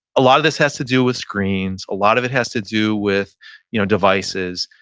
a lot of this has to do with screens. a lot of it has to do with you know devices.